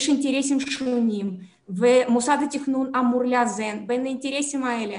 יש אינטרסים שונים והמוסד לתכנון אמור לאזן בין האינטרסים האלה.